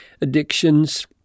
addictions